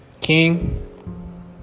King